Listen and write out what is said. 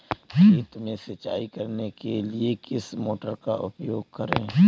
खेत में सिंचाई करने के लिए किस मोटर का उपयोग करें?